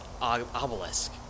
obelisk